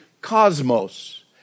cosmos